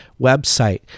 website